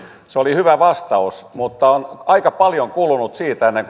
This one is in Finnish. se oli hyvä vastaus mutta on aika paljon kulunut siitä ennen